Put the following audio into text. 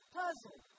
puzzle